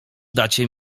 dacie